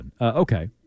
Okay